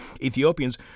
Ethiopians